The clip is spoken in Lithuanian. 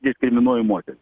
diskriminuoju moteris